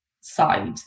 side